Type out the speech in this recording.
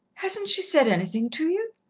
hasn't she said anything to you?